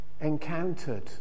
encountered